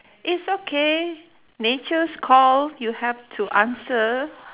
it's okay nature's call you have to answer